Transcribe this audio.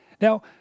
Now